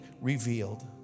revealed